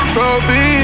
Trophy